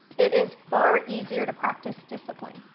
it is far easier to practice discipline.